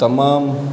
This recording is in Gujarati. તમામ